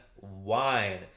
wine